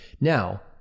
now